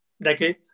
decade